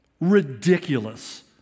Ridiculous